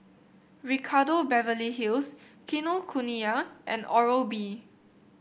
Ricardo Beverly Hills Kinokuniya and Oral B